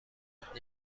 فکر